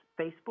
Facebook